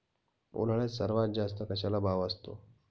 उन्हाळ्यात सर्वात जास्त कशाला भाव असतो?